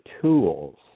tools